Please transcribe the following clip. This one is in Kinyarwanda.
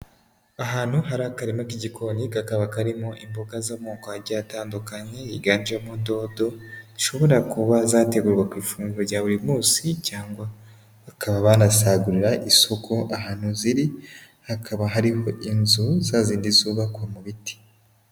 Ahantu hari akarima cy'igikoni kakaba karimo imboga z'amoko agiye atandukanye, higanjemo dodo zishobora kuba zategurwa ku ifunguro rya buri munsi cyangwa bakaba banasagurira isoko, ahantu ziri hakaba hari inzu za zindi zubakwa mu biti.